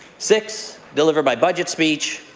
six, deliver my budget speech,